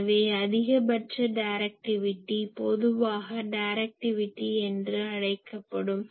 எனவே அதிகபட்ச டைரக்டிவிட்டி பொதுவாக டைரக்டிவிட்டி என்று அழைக்கப்படும்